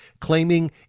claiming